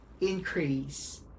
increase